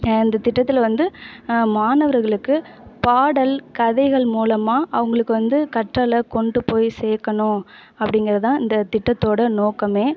இந்த திட்டத்தில் வந்து மாணவர்களுக்கு பாடல் கதைகள் மூலமாக அவங்களுக்கு வந்து கற்றலை கொண்டு போய் சேர்க்கணும் அப்படிங்கறதுதான் இந்த திட்டத்தோடய நோக்கம்